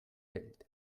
hält